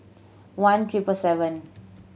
one triple seven